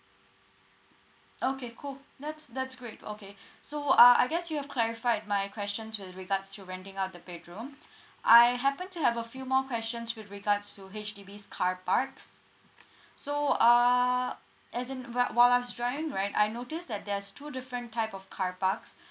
okay cool that's that's great okay so uh I guess you have clarified my questions with regards to renting out the bedroom I happen to have a few more questions with regards to H_D_B's car parks so err as in while while I was driving right I noticed that there's two different type of car parks